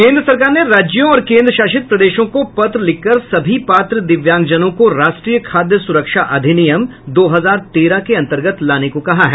केंद्र सरकार ने राज्यों और केंद्रशासित प्रदेशों को पत्र लिखकर सभी पात्र दिव्यांगजनों को राष्ट्रीय खाद्य सुरक्षा अधिनियम दो हजार तेरह के अंतर्गत लाने को कहा है